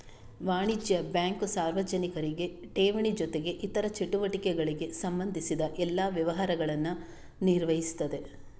ವಾಣಿಜ್ಯ ಬ್ಯಾಂಕು ಸಾರ್ವಜನಿಕರಿಗೆ ಠೇವಣಿ ಜೊತೆಗೆ ಇತರ ಚಟುವಟಿಕೆಗಳಿಗೆ ಸಂಬಂಧಿಸಿದ ಎಲ್ಲಾ ವ್ಯವಹಾರಗಳನ್ನ ನಿರ್ವಹಿಸ್ತದೆ